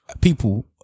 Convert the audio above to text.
people